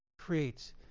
creates